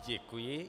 Děkuji.